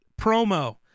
promo